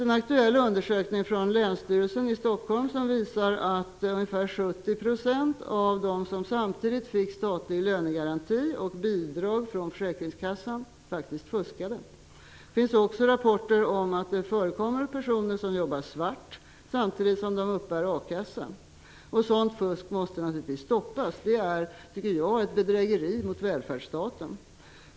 En aktuell undersökning från Länsstyrelsen i Stockholm visar att ungefär 70 % av dem som samtidigt fick statlig lönegaranti och bidrag från Försäkringskassan faktiskt fuskade. Det finns också rapporter om att det finns personer som jobbar svart samtidigt som de uppbär a-kasseersättning. Sådant fusk måste naturligtvis stoppas. Det är ett bedrägeri mot välfärdsstaten.